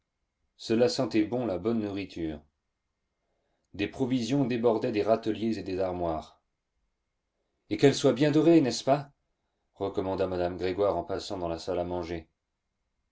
cela sentait bon la bonne nourriture des provisions débordaient des râteliers et des armoires et qu'elle soit bien dorée n'est-ce pas recommanda madame grégoire en passant dans la salle à manger